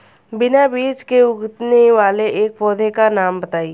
बिना बीज के उगने वाले एक पौधे का नाम बताइए